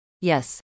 Yes